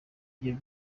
ibyo